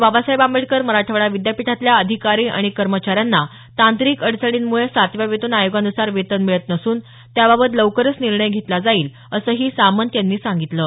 बाबासाहेब आंबेडकर मराठवाडा विद्यापीठातल्या अधिकारी आणि कर्मचाऱ्यांना तांत्रिक अडचणींमुळे सातव्या वेतन आयोगानुसार वेतन मिळत नसून त्याबाबत लवकरच निर्णय घेतला जाईल असंही सामंत यांनी सांगितलं आहे